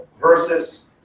versus